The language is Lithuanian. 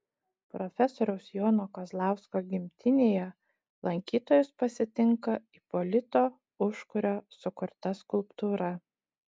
profesoriaus jono kazlausko gimtinėje lankytojus pasitinka ipolito užkurio sukurta skulptūra